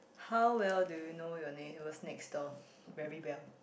how well do you know your neighbours next door very well